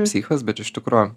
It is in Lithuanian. psichas bet iš tikro